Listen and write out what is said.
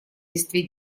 листве